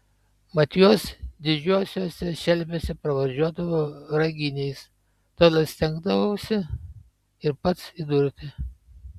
mat juos didžiuosiuose šelviuose pravardžiuodavo raginiais todėl stengdavausi ir pats įdurti